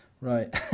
Right